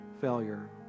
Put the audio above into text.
failure